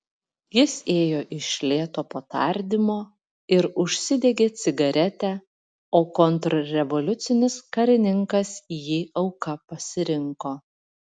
jis ėjo iš lėto po tardymo ir užsidegė cigaretę o kontrrevoliucinis karininkas jį auka pasirinko